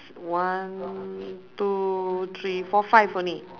one two three four five only